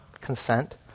consent